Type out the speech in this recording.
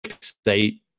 state